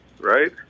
right